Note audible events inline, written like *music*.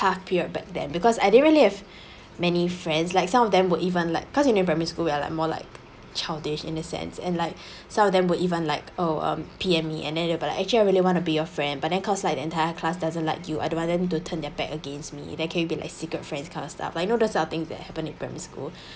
tough period back then because I didn't really have *breath* many friends like some of them were even like cause you know primary school we are like more like childish in a sense and like *breath* some of them were even like oh um P_M me and then they'll be like uh actually I really want to be your friend but then cause like the entire class doesn't like you I don't want them to turn their back against me then can we be a secret friends kind of stuff I know that's sort of thing that happened in primary school